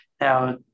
Now